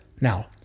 Now